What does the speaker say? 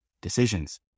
decisions